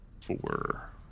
Four